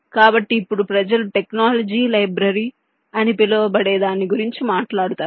కాబట్టి ఇప్పుడు ప్రజలు టెక్నాలజీ లైబ్రరీ అని పిలువబడే దాన్ని గురించి మాట్లాడుతారు